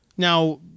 Now